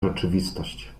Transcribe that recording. rzeczywistość